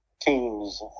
teams